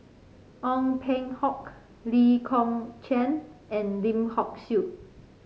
Ong Peng Hock Lee Kong Chian and Lim Hock Siew